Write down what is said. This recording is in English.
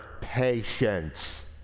patience